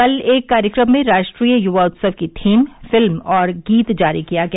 कल एक कार्यक्रम में राष्ट्रीय युवा उत्सव की थीम फिल्म और गीत जारी किया गया